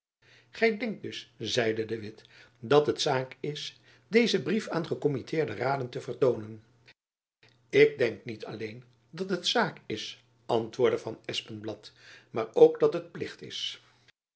gy denkt dus zeide de witt dat het zaak is dezen brief aan gekommitteerde raden te vertoonen ik denk niet alleen dat het zaak is antwoordde van espenblad maar ook dat het plicht is